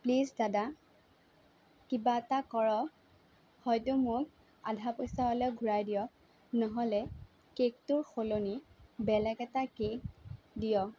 please দাদা কিবা এটা কৰক হয়তো মোক আধা পইচা হ'লেও ঘূৰাই দিয়ক নহ'লে কেকটোৰ সলনি বেলেগ এটা কেক দিয়ক